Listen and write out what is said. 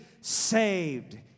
saved